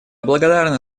благодарна